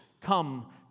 come